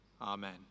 Amen